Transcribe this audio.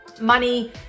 money